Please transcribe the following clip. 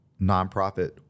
nonprofit